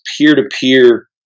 peer-to-peer